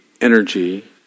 energy